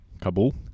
Kabul